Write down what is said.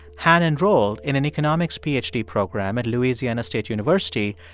han enrolled in an economics ph d. program at louisiana state university,